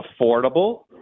affordable